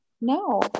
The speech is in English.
no